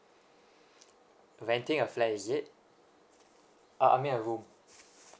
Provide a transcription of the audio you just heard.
renting a flat is it oh I mean a room